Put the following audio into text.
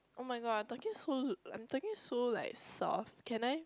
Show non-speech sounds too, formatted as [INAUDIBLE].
oh my god I'm talking so [NOISE] I'm talking so like soft can I